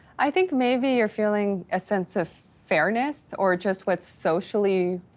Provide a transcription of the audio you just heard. i think maybe you're feeling a sense of fairness, or just what's socially,